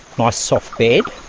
ah soft bed,